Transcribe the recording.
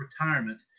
retirement